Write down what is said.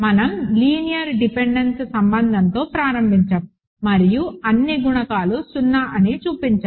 మనం linear dependence సంబంధంతో ప్రారంభించాము మరియు అన్ని గుణకాలు 0 అని చూపించాము